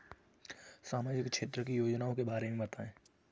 सामाजिक क्षेत्र की योजनाओं के बारे में बताएँ?